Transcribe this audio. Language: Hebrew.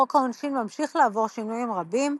חוק העונשין ממשיך לעבור שינויים רבים,